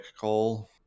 call